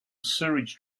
sewage